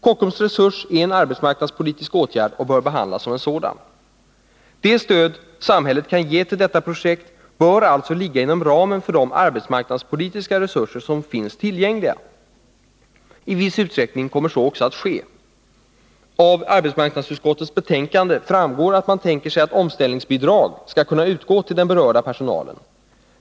Kockum Resurs är en arbetsmarknadspolitisk åtgärd och bör behandlas som en sådan. Det stöd som samhället kan ge till detta projekt bör alltså ligga inom ramen för de arbetsmarknadspolitiska resurser som finns tillgängliga. I viss utsträckning kommer så också att ske. Av arbetsmarknadsutskottets betänkande framgår att man tänker sig att omställningsbidrag skall kunna utgå till den berörda personalen.